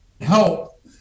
help